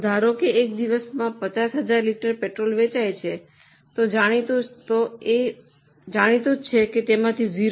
તો ધારો કે એક દિવસમાં 50000 લિટર પેટ્રોલ વેચાય છે તે જાણીતું છે કે તેમાંથી 0